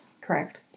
Correct